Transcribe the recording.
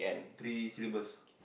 three syllables